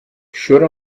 should